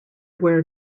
where